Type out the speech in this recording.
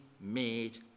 made